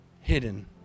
Hidden